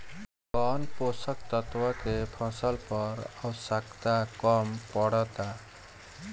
कौन पोषक तत्व के फसल पर आवशयक्ता कम पड़ता?